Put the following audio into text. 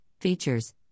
features